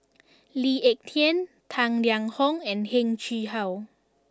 Lee Ek Tieng Tang Liang Hong and Heng Chee How